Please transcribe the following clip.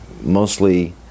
mostly